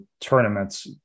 tournaments